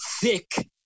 thick